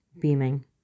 beaming